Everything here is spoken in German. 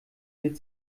wird